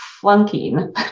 flunking